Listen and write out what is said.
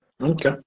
okay